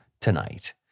tonight